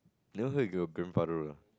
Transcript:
you never heard your grandfather road ah